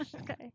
okay